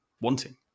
wanting